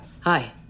Hi